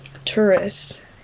tourists